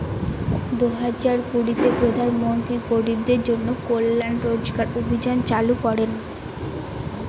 দুই হাজার কুড়িতে প্রধান মন্ত্রী গরিবদের জন্য কল্যান রোজগার অভিযান চালু করেন